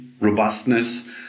robustness